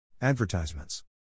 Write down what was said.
Advertisements